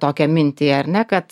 tokią mintį ar ne kad